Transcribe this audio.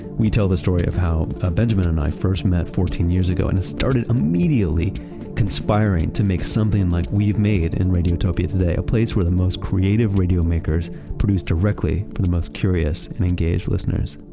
we tell the story of how ah benjamen and i first met fourteen years ago, and started immediately conspiring to make something like we've made in radiotopia today. a place where the most creative radio makers produce directly for the most curious and engaged listeners.